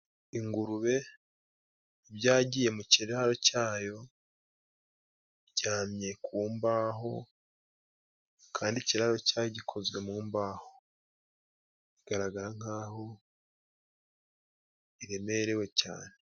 Ingurube ibyagiye mu kiraro cyayo, iryamye ku mbaho kandi ikiraro cyayo gikozwe mu mbaho, bigaragara nkaho iremerewe cyane.